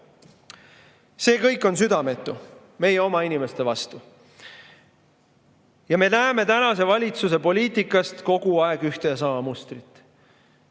See kõik on südametu meie oma inimeste vastu.Me näeme tänase valitsuse poliitikas kogu aeg ühte ja sama mustrit: